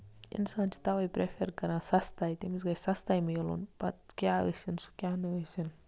اِنسان چھُ تَوے پریفر کران سَستے تٔمِس گژھِ سَستَے میلُن پَتہٕ کیاہ ٲسِنۍ سُہ کیاہ نہٕ ٲسِنۍ